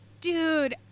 Dude